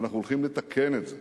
ואנחנו הולכים לתקן את זה